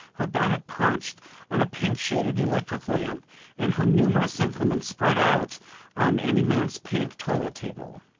her bonnet perched on a pink-shaded electric lamp and her numerous implements spread out on an immense pink toilet-table.